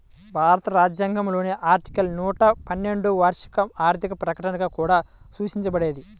భారత రాజ్యాంగంలోని ఆర్టికల్ నూట పన్నెండులోవార్షిక ఆర్థిక ప్రకటనగా కూడా సూచించబడేది